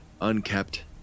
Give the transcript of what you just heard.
unkept